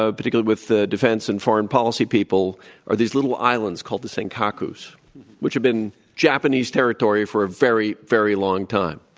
ah particularly with the defense and foreign policy people are these little islands called the senkakus, which have been japanese territory for a very, very long time.